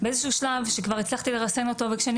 באיזשהו שלב שכבר הצלחתי לרסן אותו וכשאני